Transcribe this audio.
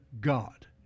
God